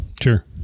sure